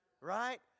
right